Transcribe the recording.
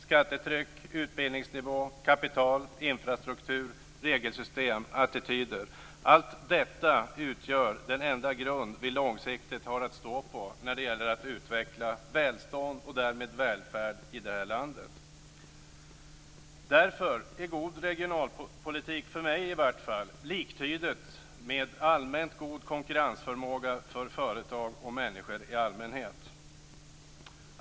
Skattetryck, utbildningsnivå, kapital, infrastruktur, regelsystem och attityder; allt detta utgör den enda grund vi långsiktigt har att stå på när det gäller att utveckla välstånd och därmed välfärd i det här landet. Därför är god regionalpolitik, för mig i varje fall, liktydigt med allmänt god konkurrensförmåga för företag och människor i allmänhet.